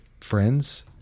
friends